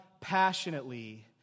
passionately